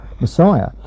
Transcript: Messiah